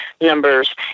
numbers